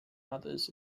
mothers